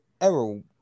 Errol